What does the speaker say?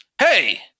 Hey